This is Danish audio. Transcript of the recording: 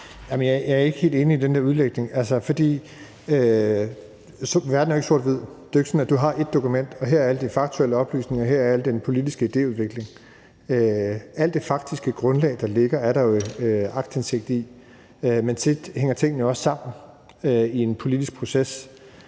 Jeg er ikke helt enig i den udlægning. Verden er jo ikke sort-hvid. Det er jo ikke sådan, at du har et dokument med alle de faktuelle oplysninger og et andet med alle de politiske idéudviklinger. Alle faktiske grundlag, der ligger, er der aktindsigt i, men tingene hænger jo tit sammen i en politisk proces.